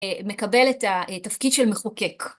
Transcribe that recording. מקבל את התפקיד של מחוקק.